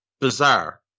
Bizarre